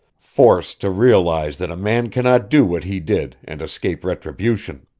forced to realize that a man cannot do what he did and escape retribution.